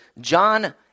John